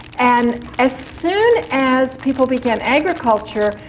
and as soon as people began agriculture,